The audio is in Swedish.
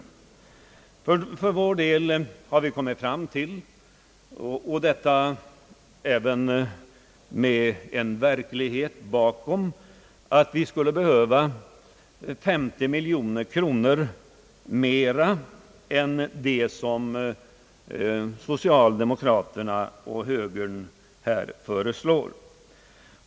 Vi har för vår del kommit fram till, och det med en verklighetsbakgrund, att det behövs 50 miljoner kronor mer än vad socialdemokraterna och höger partiet föreslår.